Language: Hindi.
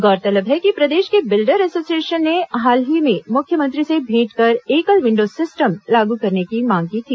गौरतलब है कि प्रदेश के बिल्डर एसोसिएशन ने हाल ही में मुख्यमंत्री से भेंट कर एकल विन्डो सिस्टम लागू करने की मांग की थी